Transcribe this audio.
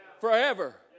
Forever